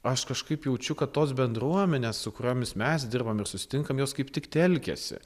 aš kažkaip jaučiu kad tos bendruomenės su kuriomis mes dirbam susitinkam jos kaip tik telkiasi